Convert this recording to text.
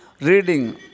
Reading